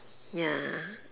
ya